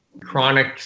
chronic